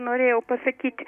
norėjau pasakyti